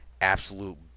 absolute